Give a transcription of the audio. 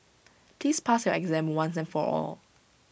please pass your exam once and for all